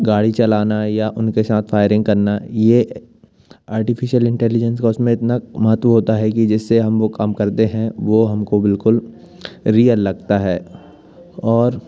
गाड़ी चलाना या उनके साथ फाइरिंग करना ये आर्टिफिसियल इंटेलिजेंस का उसमें इतना महत्व होता है कि जिससे हम वो काम करते हैं वो हमको बिल्कुल रियल लगता है और